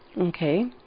Okay